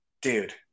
dude